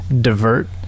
divert